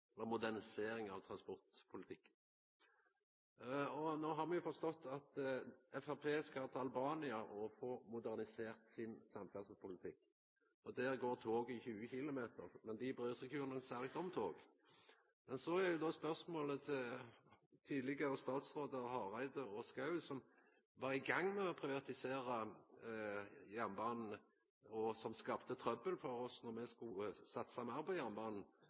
og modernisering av transportpolitikken. No har me forstått at Framstegspartiet skal til Albania og få «modernisert» sin samferdselspolitikk. Der går toget i 20 km/t, men dei bryr seg ikkje noko særleg om tog. Så da går spørsmålet til dei tidlegare statsrådane Hareide og Ingjerd Schou som var i gang med å privatisera jernbanen, og som skapte trøbbel for oss når me skulle satsa meir på jernbanen.